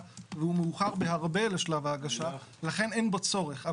והוא מאוחר בהרבה לשלב ההגשה ולכן אין בו צורך.